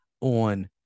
on